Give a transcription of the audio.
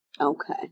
Okay